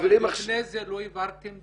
לפני זה לא העברתם דוח?